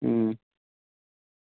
chicken pakodi